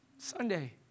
Sunday